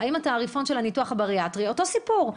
לגבי התעריפון של הניתוח הבריאטרי וזה אותו סיפור,